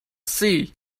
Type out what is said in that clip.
see